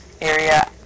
area